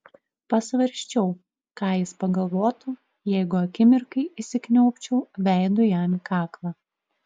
pasvarsčiau ką jis pagalvotų jeigu akimirkai įsikniaubčiau veidu jam į kaklą